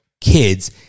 kids